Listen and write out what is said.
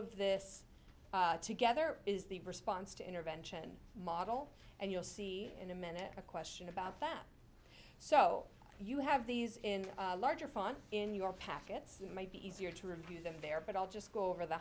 of this together is the response to intervention model and you'll see in a minute a question about them so you have these in a larger font in your packets that might be easier to review them there but i'll just go over the